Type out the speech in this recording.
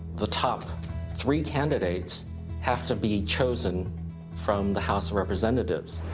the top three candidates have to be chosen from the house of representatives.